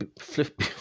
flip